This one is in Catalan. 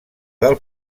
del